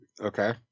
okay